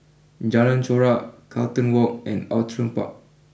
Jalan Chorak Carlton walk and Outram Park